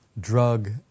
drug